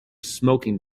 smoking